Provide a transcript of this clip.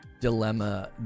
Dilemma